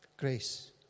grace